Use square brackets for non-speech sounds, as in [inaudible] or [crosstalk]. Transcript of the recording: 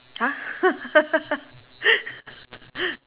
!huh! [laughs]